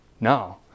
No